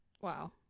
Wow